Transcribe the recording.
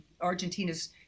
Argentina's